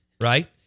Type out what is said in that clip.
right